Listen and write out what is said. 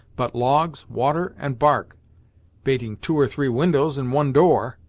but logs, water, and bark bating two or three windows, and one door.